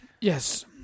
Yes